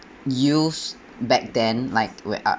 youth back then like we are